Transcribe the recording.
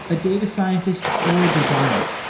a data scientist, or a designer.